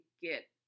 get